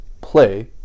Play